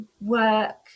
work